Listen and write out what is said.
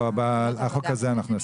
לא, בחוק הזה אנחנו עוסקים עכשיו.